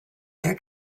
their